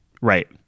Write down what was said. Right